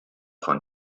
von